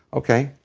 okay.